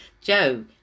Joe